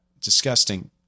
disgusting